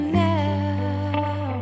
now